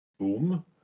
boom